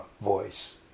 voice